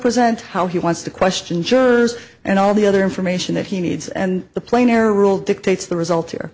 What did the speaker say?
present how he wants to question jurors and all the other information that he needs and the plain air rule dictates the result here